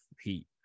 heat